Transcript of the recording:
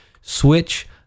switch